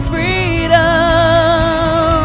Freedom